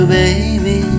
baby